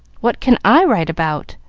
what can i write about?